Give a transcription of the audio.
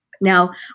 Now